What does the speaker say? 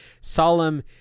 Solemn